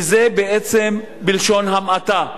וזה בעצם בלשון המעטה.